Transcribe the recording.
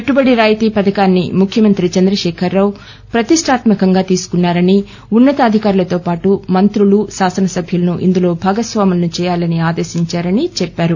పెట్లుబడి రాయితీ పథకాన్ని ముఖ్యమంత్రి చంద్రకేఖర్ రావు ప్రతిష్ణాత్మకంగా తీసుకున్నారని ఉన్న తాధికారుతో పాటు మంత్రు ఎమ్మెల్యేను ఇందులో భాగస్వామును చేయాని ఆదేశించారని ఆయన చెప్పారు